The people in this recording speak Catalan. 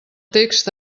text